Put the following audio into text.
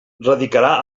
radicarà